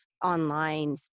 Online